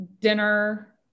dinner